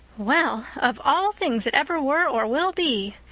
well, of all things that ever were or will be!